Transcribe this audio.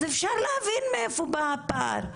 אז אפשר להבין מאיפה בא הפער.